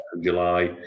July